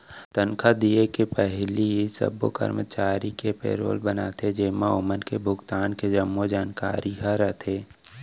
तनखा दिये के पहिली सब्बो करमचारी के पेरोल बनाथे जेमा ओमन के भुगतान के जम्मो जानकारी ह रथे